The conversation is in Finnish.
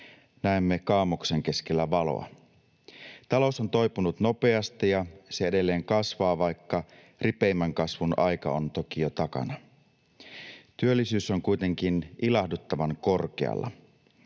näemme kaamoksen keskellä valoa. Talous on toipunut nopeasti, ja se edelleen kasvaa, vaikka ripeimmän kasvun aika on toki jo takana. Työllisyys on kuitenkin ilahduttavan korkealla.